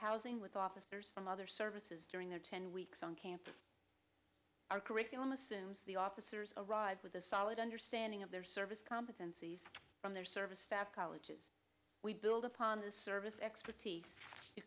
housing with officers from other services during their ten weeks on campus our curriculum assumes the officers arrive with a solid understanding of their service competencies from their service staff colleges we build upon the service expertise